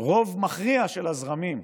רוב מכריע של הזרמים,